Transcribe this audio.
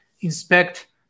inspect